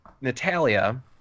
Natalia